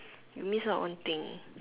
you miss out one thing